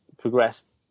progressed